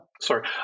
sorry